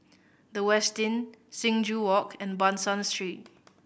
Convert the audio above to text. The Westin Sing Joo Walk and Ban San Street